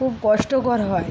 খুব কষ্টকর হয়